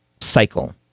cycle